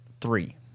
Three